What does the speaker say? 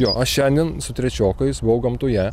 jo aš šiandien su trečiokais buvo gamtoje